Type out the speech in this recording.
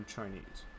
Chinese